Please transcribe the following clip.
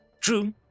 True